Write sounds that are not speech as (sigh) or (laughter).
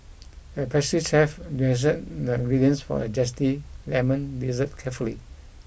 the pastry chef (unintelligible) the ingredients for a zesty lemon dessert carefully